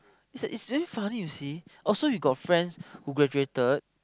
is like is very funny you see oh so you got friends who graduated